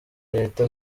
leta